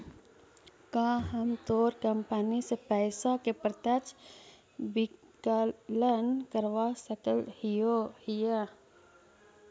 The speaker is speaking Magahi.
का हम तोर कंपनी से पइसा के प्रत्यक्ष विकलन करवा सकऽ हिअ?